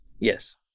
Yes